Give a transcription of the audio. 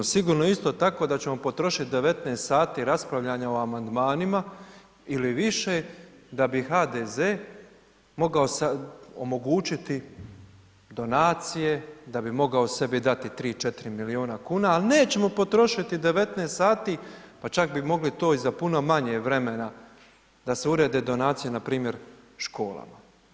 Sigurno je isto tako da ćemo potrošiti 19 sati raspravljanja o amandmanima ili više, da bi HDZ mogao omogućiti donacije, da bi mogao sebi dati 3, 4 milijuna kuna, ali nećemo potrošiti 19 sati, pa čak bi mogli to i za puno manje vremena da se urede donacije, npr. školama.